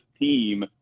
team –